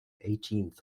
eighteenth